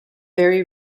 very